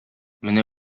менә